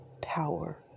power